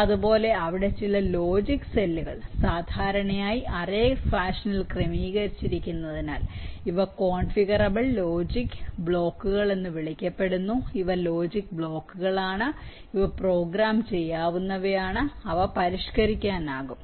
അതുപോലെ അവിടെ ചില ലോജിക് സെല്ലുകൾ സാധാരണയായി അറേ ഫാഷനിൽ ക്രമീകരിച്ചിരിക്കുന്നതിനാൽ ഇവ കോൺഫിഗറബിൾ ലോജിക് ബ്ലോക്കുകൾ എന്ന് വിളിക്കപ്പെടുന്നു ഇവ ലോജിക് ബ്ലോക്കുകളാണ് ഇവ പ്രോഗ്രാം ചെയ്യാവുന്നവയാണ് അവ പരിഷ്കരിക്കാനാകും